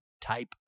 type